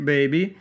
Baby